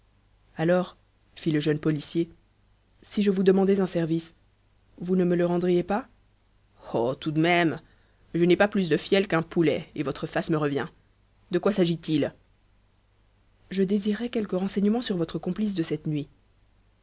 alors fit le jeune policier si je vous demandais un service vous ne me le rendriez pas oh tout de même je n'ai pas plus de fiel qu'un poulet et votre face me revient de quoi s'agit-il je désirerais quelques renseignements sur votre complice de cette nuit